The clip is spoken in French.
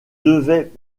devait